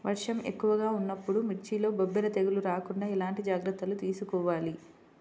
వర్షం ఎక్కువగా ఉన్నప్పుడు మిర్చిలో బొబ్బర తెగులు రాకుండా ఎలాంటి జాగ్రత్తలు తీసుకోవాలి?